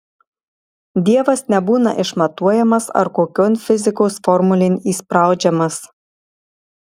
dievas nebūna išmatuojamas ar kokion fizikos formulėn įspraudžiamas